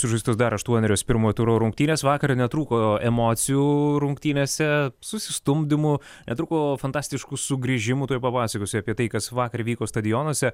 sužaistos dar aštuonerios pirmo turo rungtynės vakare netrūko emocijų rungtynėse susistumdymų netrūko fantastiškų sugrįžimų tuoj papasakosiu apie tai kas vakar vyko stadionuose